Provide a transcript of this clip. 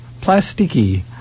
Plastiki